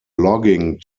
logging